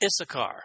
Issachar